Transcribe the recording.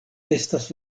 estas